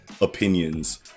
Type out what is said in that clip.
opinions